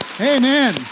Amen